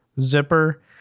zipper